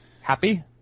happy